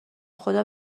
خدا